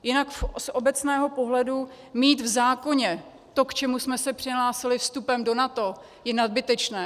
Jinak z obecného pohledu mít v zákoně to, k čemu jsme se přihlásili vstupem do NATO, je nadbytečné.